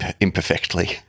imperfectly